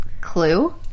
clue